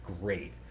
great